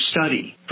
study